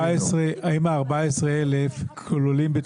האם כלולים,